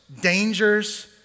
dangers